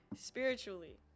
spiritually